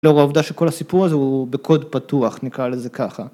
לאור העובדה שכל הסיפור הזה הוא בקוד פתוח, נקרא לזה ככה.